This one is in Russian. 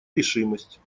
решимость